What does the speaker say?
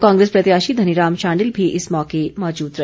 कांग्रेस प्रत्याशी धनीराम शांडिल भी इस मौके माजूद रहे